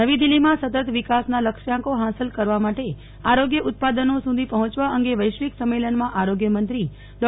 નવી દિલ્હીમાં સતત વિકાસના લક્ષ્યાંકો હાંસલ કરવા માટે આરોગ્ય ઉત્પાદનો સુધી પહોંચવા અંગે વૈશ્વિક સંમેલનમાં આરોગ્યમંત્રી ડો